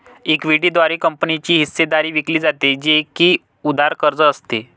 equity द्वारे कंपनीची हिस्सेदारी विकली जाते, जे की उधार कर्ज असते